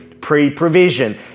pre-provision